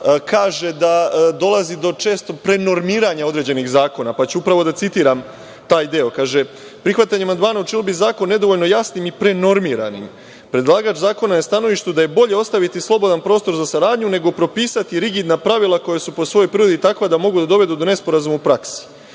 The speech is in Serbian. kaže da dolazi često do prenormiranja određenih zakona, pa ću da citiram taj deo: „Prihvatanjem amandmana učinilo bi zakon nedovoljno jasnim i prenormiranim.“Predlagač zakona je na stanovištu da je bolje ostaviti slobodan prostor za saradnju, nego propisati rigidna pravila koja su po svojoj prirodi takva da mogu da dovedu do nesporazuma u praksi.